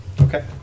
okay